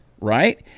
right